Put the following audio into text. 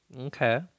okay